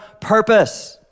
purpose